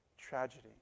tragedy